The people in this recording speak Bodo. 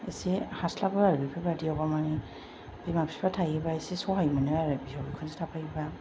एसे हास्लाबा आरो बेफोरबायदिआवबा माने बिमा बिफा थायोब्ला एसे सहाय मोनो आरो बिहाव बिखुनजो थाफायोब्ला